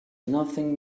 nothing